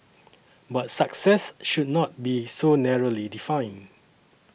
but success should not be so narrowly defined